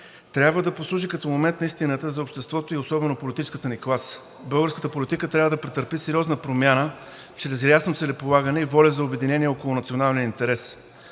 трябва да послужи като момент на истината за обществото и особено за политическата ни класа. Българската политика трябва да претърпи сериозна промяна чрез ясно целеполагане и воля за обединение около националния интерес.